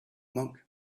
monk